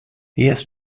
yes